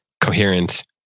coherent